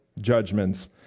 judgments